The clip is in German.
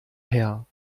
her